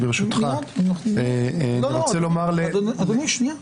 ברשותך, אני רוצה לומר --- סליחה, שנייה.